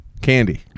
Candy